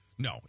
No